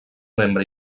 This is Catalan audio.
membre